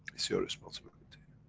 it's your responsibility.